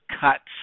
cuts